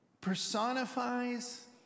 personifies